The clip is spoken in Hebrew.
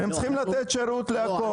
הם צריכים לתת שירות להכל.